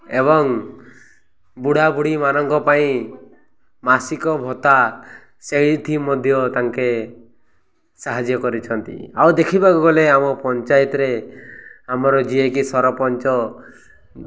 ଏବଂ ବୁଢ଼ା ବୁଢ଼ୀମାନଙ୍କ ପାଇଁ ମାସିକ ଭତ୍ତା ସେଇଥି ମଧ୍ୟ ତାଙ୍କେ ସାହାଯ୍ୟ କରିଛନ୍ତି ଆଉ ଦେଖିବାକୁ ଗଲେ ଆମ ପଞ୍ଚାୟତରେ ଆମର ଯିଏକି ସରପଞ୍ଚ